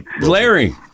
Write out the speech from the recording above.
Larry